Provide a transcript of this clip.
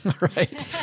Right